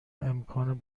امکان